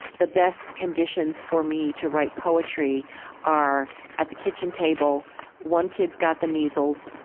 the best conditions for me to write poetry are at the kitchen table one kid's got the measles,